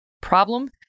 problem